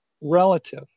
relative